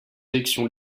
élections